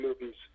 movies